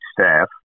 staff